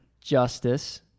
Justice